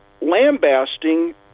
lambasting